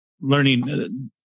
learning